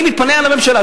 אני מתפלא על הממשלה.